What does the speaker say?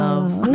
love